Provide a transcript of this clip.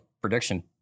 prediction